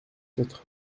quatre